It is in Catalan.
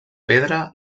pedra